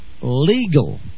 legal